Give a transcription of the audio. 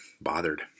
bothered